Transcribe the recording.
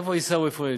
איפה עיסאווי פריג',